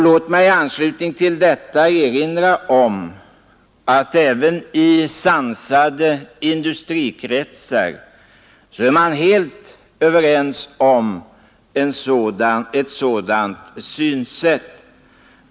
Låt mig i anslutning till detta erinra om att även i sansade industrikretsar är man helt överens om ett sådant synsätt.